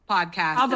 Podcast